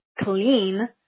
clean